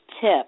tip